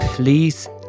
Please